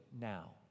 now